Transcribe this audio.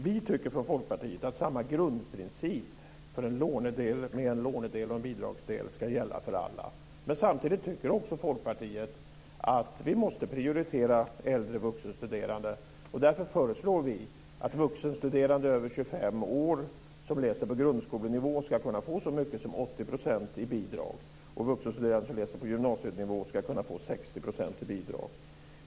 Vi i Folkpartiet tycker att samma grundprincip med en lånedel och en bidragsdel ska gälla för alla. Men samtidigt tycker Folkpartiet att vi måste prioritera äldre vuxenstuderande, och därför föreslår vi att vuxenstuderande över 25 år som läser på grundskolenivå ska kunna få så mycket som 80 % i bidrag och vuxenstuderande som läser på gymnasienivå 60 %.